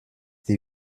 die